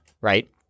right